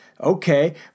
Okay